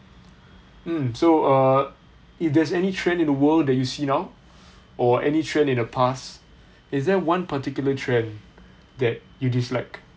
mm so err if there's any trend in the world that you see now or any trend in the past is there one particular trend that you dislike